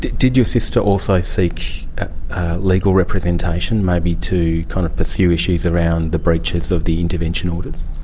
did your sister also seek legal representation, maybe to kind of pursue issues around the breaches of the intervention orders?